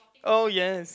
oh yes